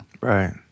right